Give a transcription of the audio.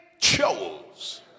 chose